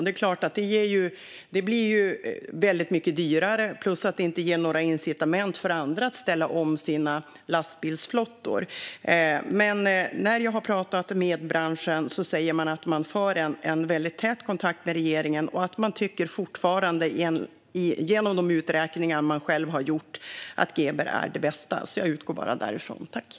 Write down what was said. Det är klart att det blir väldigt mycket dyrare plus att det inte ger några incitament för andra att ställa om sina lastbilsflottor. När jag har pratat med branschen har man sagt att man har en väldigt tät kontakt med regeringen och att man fortfarande tycker, genom de uträkningar som man själv har gjort, att GBER är det bästa. Jag utgår bara från detta.